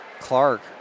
Clark